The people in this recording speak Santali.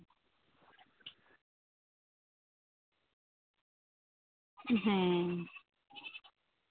ᱦᱮᱸ